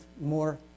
more